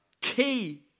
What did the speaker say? key